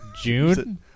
June